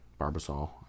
Barbasol